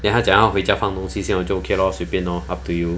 then 他讲回家放东西这样我就 okay lor 随便 lor up to you